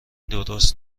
درست